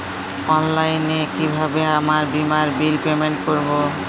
অনলাইনে কিভাবে আমার বীমার বিল পেমেন্ট করবো?